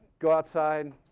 go outside.